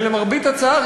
ולמרבה הצער,